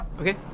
Okay